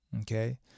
Okay